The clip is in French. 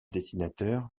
dessinateur